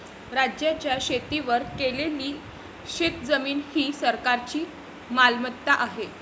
राज्याच्या शेतीवर केलेली शेतजमीन ही सरकारची मालमत्ता आहे